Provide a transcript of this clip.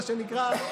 מה שנקרא,